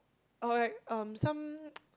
or like um some